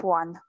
one